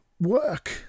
Work